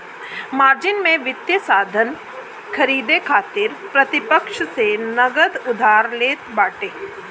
margin में वित्तीय साधन खरीदे खातिर प्रतिपक्ष से नगद उधार लेत बाटे